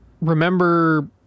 remember